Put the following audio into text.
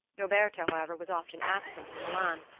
roberto, however, was often absent in milan,